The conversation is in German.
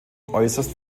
äußerst